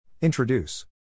Introduce